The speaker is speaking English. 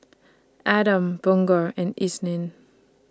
Adam Bunga and Isnin